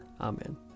Amen